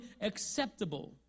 acceptable